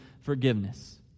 forgiveness